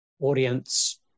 audience